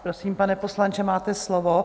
Prosím, pane poslanče, máte slovo.